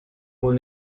wohl